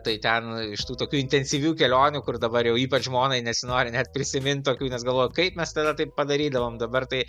tai ten iš tų tokių intensyvių kelionių kur dabar jau ypač žmonai nesinori net prisimint tokių nes galvoju kaip mes tada taip padarydavom dabar tai